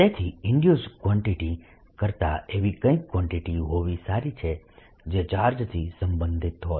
તેથી induced quantity કરતા એવી કંઈક કવાન્ટીટી હોવી સારી છે જે ચાર્જથી સંબંધિત હોય